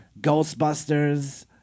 ghostbusters